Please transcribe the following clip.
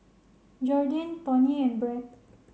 Jordyn Tony and Brett